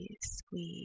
squeeze